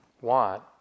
want